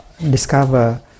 discover